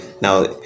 Now